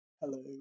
Hello